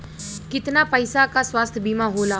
कितना पैसे का स्वास्थ्य बीमा होला?